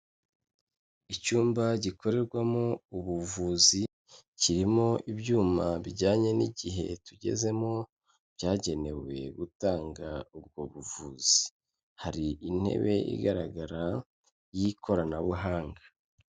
Icyumba gikorerwamo ubuvuzi, kirimo ibyuma bijyanye n'igihe tugezemo, byagenewe gutanga ubwo buvuzi. Hari intebe igaragara y'ikoranabuhanga.